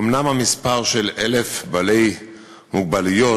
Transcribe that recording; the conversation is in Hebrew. אומנם המספר 1,000 בעלי מוגבלויות